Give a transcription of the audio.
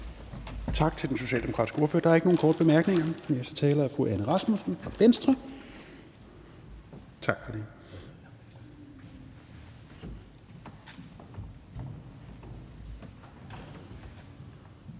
Tak til den socialdemokratiske ordfører. Der er ikke nogen korte bemærkninger. Den næste taler er fru Anne Rasmussen fra Venstre. Værsgo. Kl.